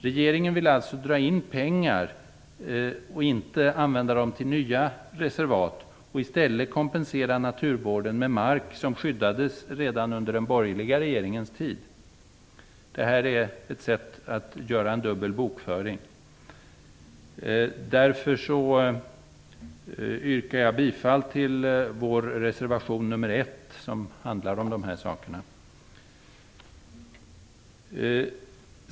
Regeringen vill alltså dra in pengar och inte använda dem till nya reservat, utan i stället kompensera naturvården med mark som skyddades redan under den borgerliga regeringens tid. Det här är ett sätt att göra dubbel bokföring. Därför yrkar jag bifall till vår reservation nr 1, som handlar om de här sakerna.